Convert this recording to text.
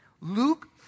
Luke